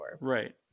right